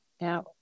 Now